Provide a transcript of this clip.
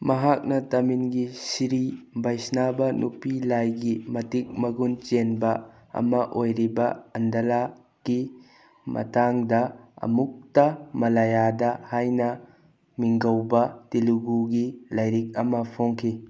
ꯃꯍꯥꯛꯅ ꯇꯥꯃꯤꯟꯁꯤ ꯁ꯭ꯔꯤ ꯕꯩꯁꯅꯕꯥ ꯅꯨꯄꯤ ꯂꯥꯏꯒꯤ ꯃꯇꯤꯛ ꯃꯒꯨꯟ ꯆꯦꯟꯕ ꯑꯃ ꯑꯣꯏꯔꯤꯕ ꯑꯟꯗꯂꯥꯒꯤ ꯃꯇꯥꯡꯗ ꯑꯃꯨꯛꯇ ꯃꯂꯌꯥꯗ ꯍꯥꯏꯅ ꯃꯤꯡꯒꯧꯕ ꯇꯦꯂꯨꯍꯨꯒꯤ ꯂꯥꯏꯔꯤꯛ ꯑꯃ ꯐꯣꯡꯈꯤ